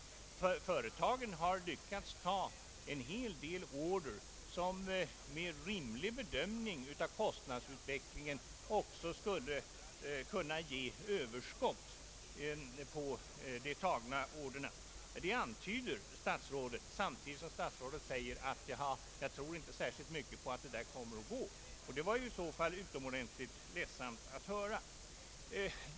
Företagen har lyckats ta en hel del order, som med en rimlig kostnadsutveckling också skulle kunna ge överskott. Det antyder statsrådet, samtidigt som han säger att han inte tror särskilt mycket på att det kommer att gå. Det var i så fall utomordentligt ledsamt att höra.